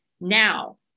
Now